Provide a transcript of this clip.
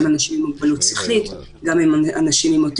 גם אנשים עם מוגבלות שכלית,